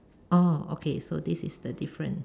oh okay so this is the different